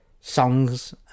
songs